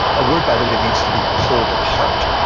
the word by the way, it means to be pulled apart.